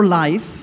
life